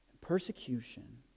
persecution